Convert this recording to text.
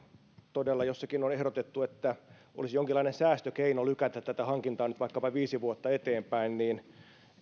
todella jossakin on ehdotettu että olisi jonkinlainen säästökeino lykätä tätä hankintaa nyt vaikkapa viisi vuotta eteenpäin niin